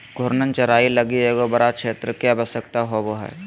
घूर्णन चराई लगी एगो बड़ा क्षेत्र के आवश्यकता होवो हइ